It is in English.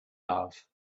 love